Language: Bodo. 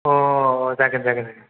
जागोन जागोन